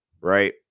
right